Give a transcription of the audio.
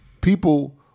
People